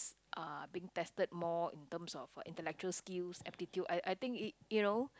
are being tested more in terms of intellectual skills aptitude I I think it you know